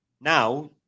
Now